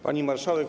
Pani Marszałek!